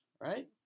right